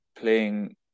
playing